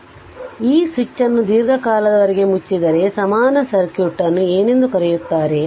ಆದ್ದರಿಂದ ಈ ಸ್ವಿಚ್ ಅನ್ನು ದೀರ್ಘಕಾಲದವರೆಗೆ ಮುಚ್ಚಿದ್ದರೆ ಸಮಾನ ಸರ್ಕ್ಯೂಟ್ ಅನ್ನು ಏನೆಂದು ಕರೆಯುತ್ತಾರೆ